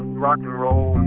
rock n roll